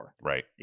Right